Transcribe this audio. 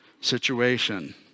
situation